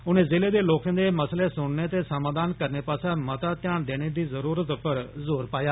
उनें जिले दे लोकें दे मसले सुनने ते समाधान करने पास्सै मता ध्यान देने दी जरूरत पर जोर पाया